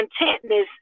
contentness